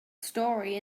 story